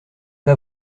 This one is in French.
pas